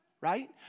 right